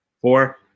four